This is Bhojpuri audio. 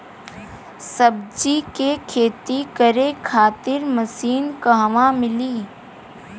सब्जी के खेती करे खातिर मशीन कहवा मिली?